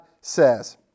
says